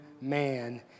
man